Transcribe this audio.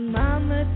mama